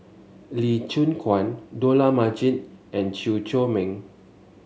Lee Choon Guan Dollah Majid and Chew Chor Meng